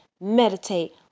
meditate